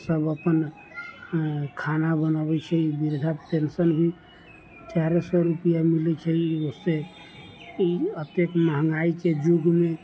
सब अपन खाना बनाबै छै वृद्धा पेंशन भी चारे सए रुपआ मिलै छै ओयसँ अतेक महंगाईके जुगमे